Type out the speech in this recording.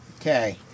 Okay